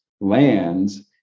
lands